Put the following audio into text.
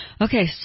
Okay